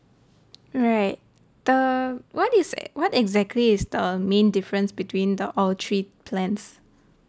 right uh what is what exactly is the main difference between the all three plans